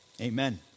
Amen